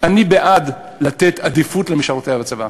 אני בעד לתת עדיפות למשרתים בצבא.